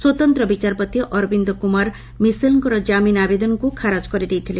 ସ୍ପତନ୍ତ୍ର ବିଚାରପତି ଅରବିନ୍ଦ କୁମାର ମିସେଲଙ୍କ କାମିନ ଆବେଦନକୁ ଖାରଜ କରିଦେଇଥିଲେ